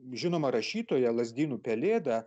žinoma rašytoja lazdynų pelėda